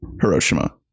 Hiroshima